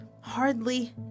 hardly